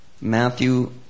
Matthew